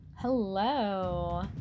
hello